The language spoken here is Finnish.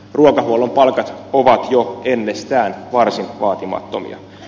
ruokahuollon palkat ovat jo ennestään varsin vaatimattomia